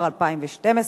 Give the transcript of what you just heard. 12,